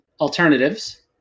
alternatives